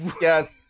Yes